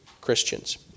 Christians